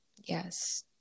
Yes